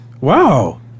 Wow